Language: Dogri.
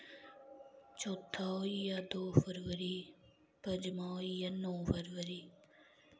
चौथा होइया दो फरवरी पञमां होइया नौ फरवरी